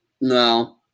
No